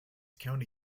county